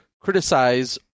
criticize